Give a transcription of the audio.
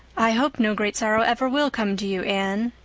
i hope no great sorrow ever will come to you, anne,